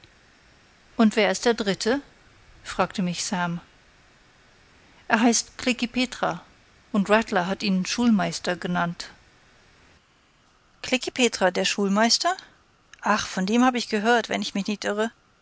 und wer ist der dritte fragte mich sam er heißt klekih petra und rattler hat ihn schulmeister genannt klekih petrah der schulmeister ach von dem habe ich gehört wenn ich nicht irre